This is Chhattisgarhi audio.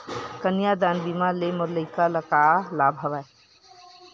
कन्यादान बीमा ले मोर लइका ल का लाभ हवय?